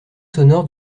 sonore